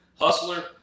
Hustler